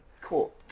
cool